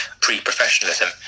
pre-professionalism